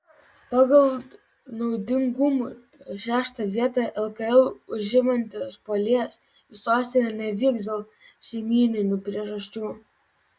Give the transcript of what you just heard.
pagal naudingumą šeštą vietą lkl užimantis puolėjas į sostinę nevyks dėl šeimyninių priežasčių